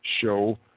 show